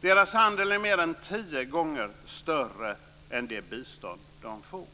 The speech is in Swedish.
Deras handel är mer än tio gånger större än det bistånd de får.